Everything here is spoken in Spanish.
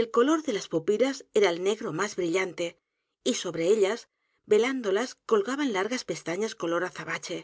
el color de las pupilas era el negro más brillante y sobre ellas velándolas colgaban l a r g a s pestañas color azabache